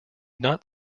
not